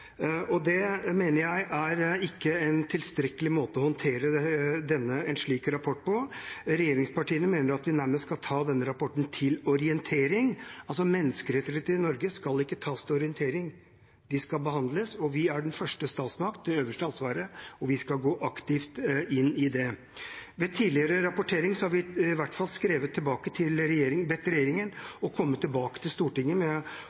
Det mener jeg ikke er en tilstrekkelig måte å håndtere en slik rapport på. Regjeringspartiene mener at vi nærmest skal ta denne rapporten til orientering. Menneskerettighetene i Norge skal ikke tas til orientering – de skal behandles. Vi er den første statsmakt, med det øverste ansvaret, og vi skal gå aktivt inn i det. Ved behandling av tidligere rapporter har vi i hvert fall bedt regjeringen om å komme tilbake til Stortinget